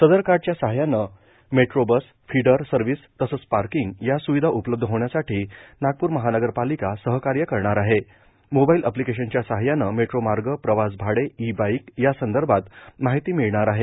सदर कार्डच्या साहाय्यानं मेट्रोए बस ए फीडर सर्वीस तसंच पार्कींग या स्विधा उपलब्ध होण्यासाठी नागपूर महानगर पालिका सहकार्य करणार आहेण् मोबाईल एप्लीकेशनच्या साहाय्याने मेट्रो मार्ग ए प्रवास भाडे ई बाईक यांसंदर्भात माहिती मिळणार आहे